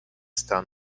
está